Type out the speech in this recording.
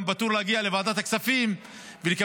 והוא גם פטור מלהגיע לוועדת הכספים ולקבל